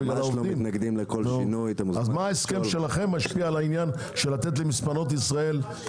מה ההסכם שלכם משפיע על העניין של לתת למספנות ישראל?